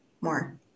more